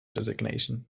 designation